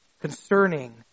concerning